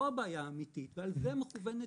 פה הבעיה האמיתית ועל זה מכוונת העתירה.